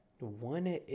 one